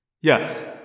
Yes